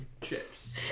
chips